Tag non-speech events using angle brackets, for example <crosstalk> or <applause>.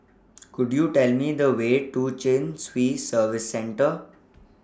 <noise> Could YOU Tell Me The Way to Chin Swee Service Centre